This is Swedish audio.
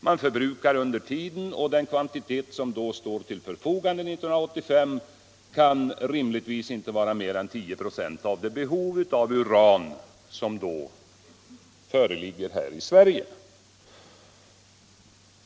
Man förbrukar under tiden och den kvantitet som därför står till förfogande 1985 kan rimligtvis inte vara mer än 10 96 av det behov av uran som då föreligger här i Sverige.